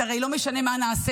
הרי לא משנה מה נעשה,